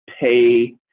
pay